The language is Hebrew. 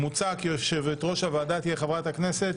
מוצע כי יושבת-ראש הוועדה תהיה חברת הכנסת